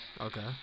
Okay